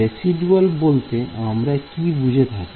residual বলতে আমরা কি বুঝে থাকি